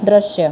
દૃશ્ય